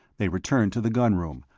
they returned to the gun room,